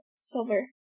silver